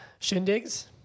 Shindigs